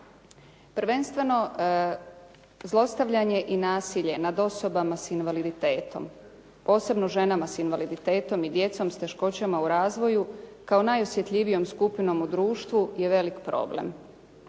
Prvenstveno, zlostavljanje i nasilje nad osobama s invaliditetom, posebno ženama s invaliditetom i djecom s teškoćama u razvoju kao najosjetljivijom skupinom u društvu je velik problem.